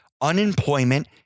Unemployment